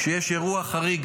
כשיש אירוע חריג,